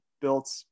built